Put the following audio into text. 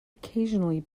occasionally